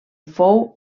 fou